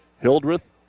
Hildreth